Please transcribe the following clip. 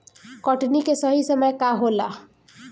कटनी के सही समय का होला?